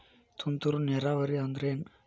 ತುಂತುರು ನೇರಾವರಿ ಅಂದ್ರ ಏನ್?